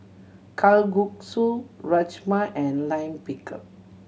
Kalguksu Rajma and Lime Pickle